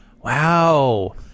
Wow